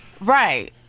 Right